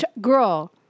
girl